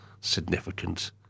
significant